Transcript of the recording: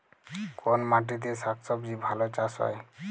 কোন মাটিতে শাকসবজী ভালো চাষ হয়?